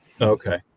Okay